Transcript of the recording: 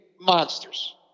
monsters